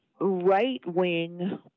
right-wing